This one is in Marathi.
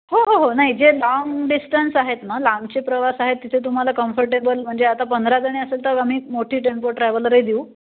हो हो हो नाही जे लाँग डिस्टन्स आहेत ना लांबचे प्रवास आहेत तिथे तुम्हाला कम्फर्टेबल म्हणजे आता पंधरा जणी असेल तर आम्ही मोठी टेम्पो ट्रॅव्हलरही देऊ